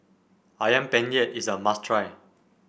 ayam Penyet is a must try